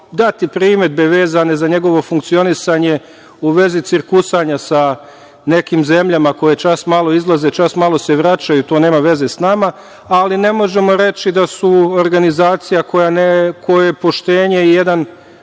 dati primedbe vezane za njegovo funkcionisanje u vezi cirkusanja sa nekim zemljama koje čas malo izlaze, čas malo se vraćaju, ali to nema veze s nama, ali ne možemo reći da su organizacija kojoj poštenje, kako